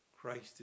Christ